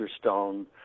Stone